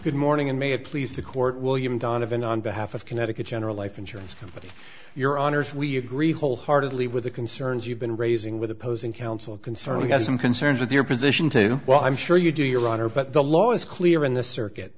good morning and may it please the court william donovan on behalf of connecticut general life insurance company your honour's we agree wholeheartedly with the concerns you've been raising with opposing counsel concern we have some concerns with your position to well i'm sure you do your honor but the law is clear in the circuit